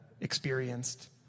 experienced